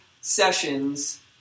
sessions